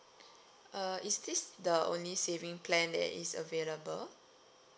uh is this the only saving plan that is available